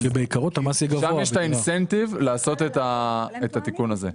שם יש את האינסנטיב לעשות את התיקון הזה.